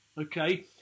Okay